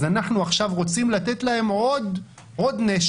אנחנו עכשיו רוצים לתת להם עוד נשק.